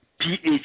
pH